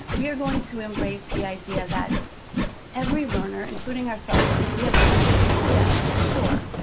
we are going to embrace the idea that every learner, including ourselves, we have preferences, yes, for sure.